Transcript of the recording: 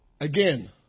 Again